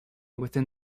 within